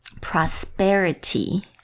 Prosperity